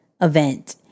event